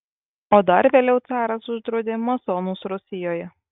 o dar vėliau caras uždraudė masonus rusijoje